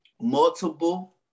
multiple